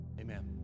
Amen